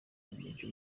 umujyo